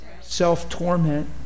self-torment